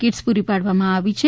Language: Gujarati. કિટ્સ પુરી પાડવામાં આવી છે